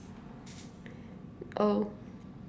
oh